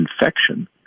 infection